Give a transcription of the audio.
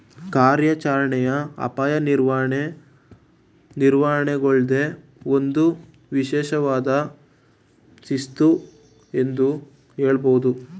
ಕಾರ್ಯಾಚರಣೆಯ ಅಪಾಯ ನಿರ್ವಹಣೆ ನಿರ್ವಹಣೆಯೂಳ್ಗೆ ಒಂದು ವಿಶೇಷವಾದ ಶಿಸ್ತು ಎಂದು ಹೇಳಬಹುದು